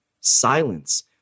Silence